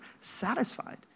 satisfied